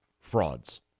frauds